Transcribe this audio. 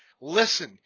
Listen